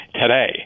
today